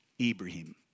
Ibrahim